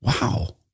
Wow